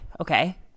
okay